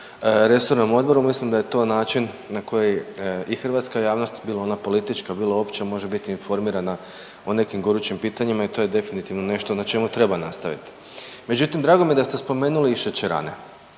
resornom odboru. Mislim da je to način na koji i hrvatska javnost bilo ona politička, bilo opća može biti informirana o nekim gorućim pitanjima i to je definitivno nešto na čemu treba nastaviti. Međutim, drago mi je da ste spomenuli i šećerane.